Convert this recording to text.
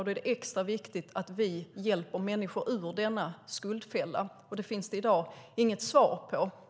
Då är det extra viktigt att vi hjälper människor ur denna skuldfälla. Det finns i dag inget svar på detta.